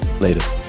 Later